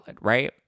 right